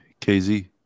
KZ